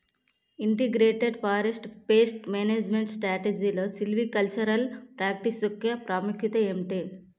Integrated forest pest management స్ట్రాటజీలో silvicultural practice యెక్క ప్రాముఖ్యత ఏమిటి??